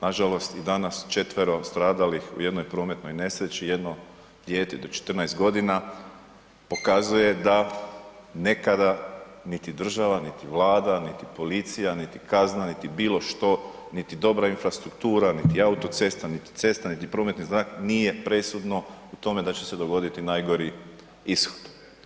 Nažalost i danas 4 stradalih u jednoj prometnoj nesreći, jedno dijete do 14 godina pokazuje da nekada niti država, niti Vlada, niti policija, niti kazna, niti bilo što, niti dobra infrastruktura, niti autocesta, niti cesta, niti prometni znak nije presudno u tome da će se dogoditi najgori ishod.